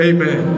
Amen